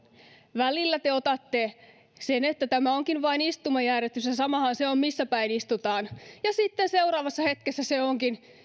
välillä te otatte sen että tämä onkin vain istumajärjestys ja samahan se on missä päin istutaan ja sitten seuraavassa hetkessä se onkin